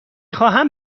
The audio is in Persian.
خواهم